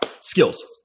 Skills